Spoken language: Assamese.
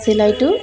চিলাইটো